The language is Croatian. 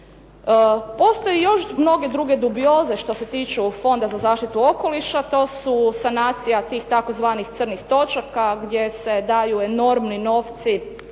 Postoje još mnoge druge dubioze što se tiče ovog Fonda za zaštitu okoliša. To su sanacija tih tzv. crnih točaka gdje se daju enormni novci